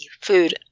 food